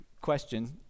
question